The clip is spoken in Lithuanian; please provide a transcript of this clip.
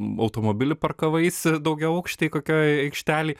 automobilį parkavaisi daugiaaukštėj kokioj aikštelėj